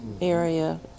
area